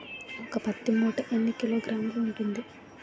ఒక పత్తి మూట ఎన్ని కిలోగ్రాములు ఉంటుంది?